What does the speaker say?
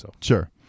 Sure